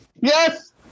Yes